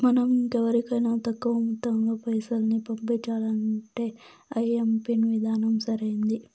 మనం ఇంకెవరికైనా తక్కువ మొత్తంలో పైసల్ని పంపించాలంటే ఐఎంపిన్ విధానం సరైంది